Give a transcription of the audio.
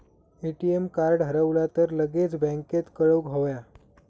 ATM card हरवला तर लगेच बँकेत कळवुक हव्या